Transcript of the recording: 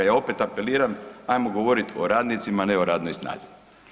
Ja opet apeliram, ajmo govoriti o radnicima a ne o radnoj snazi.